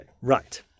right